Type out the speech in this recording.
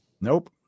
Nope